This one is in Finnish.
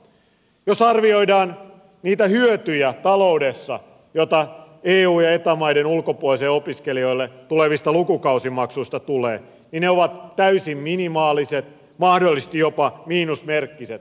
jos arvioidaan niitä hyötyjä taloudessa joita eu ja eta maiden ulkomaisille opiskelijoille tulevista lukumaksumaksuista tulee niin ne ovat täysin minimaaliset mahdollisesti jopa miinusmerkkiset